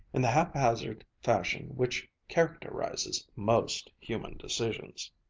in the haphazard fashion which characterizes most human decisions.